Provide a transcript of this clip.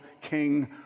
king